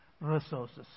resources